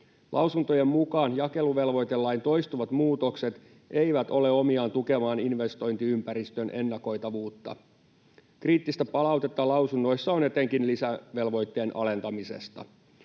Lausuntojen mukaan jakeluvelvoitelain toistuvat muutokset eivät ole omiaan tukemaan investointiympäristön ennakoitavuutta. Kriittistä palautetta lausunnoissa on etenkin lisävelvoitteen alentamisesta,